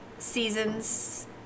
Seasons